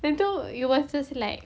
lepas tu it was just like